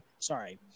Sorry